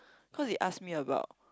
cause he ask me about